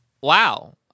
Wow